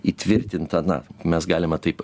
įtvirtinta na mes galime taip